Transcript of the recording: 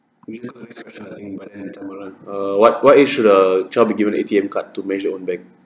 err what what age should a child be given A_T_M card to manage own bank